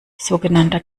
sogenannter